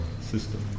system